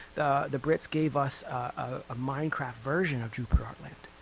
the brits gave us a minecraft version of jupiter artland.